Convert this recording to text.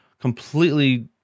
completely